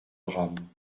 drame